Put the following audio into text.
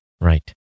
Right